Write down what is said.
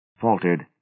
faltered